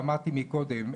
ואמרתי קודם,